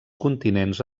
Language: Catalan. continents